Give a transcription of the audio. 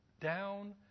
down